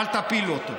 אל תפילו אותו.